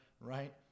right